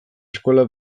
eskola